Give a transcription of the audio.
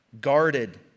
guarded